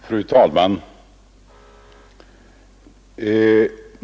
Fru talman!